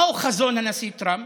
מהו חזון הנשיא טראמפ?